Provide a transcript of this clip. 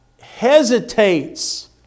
hesitates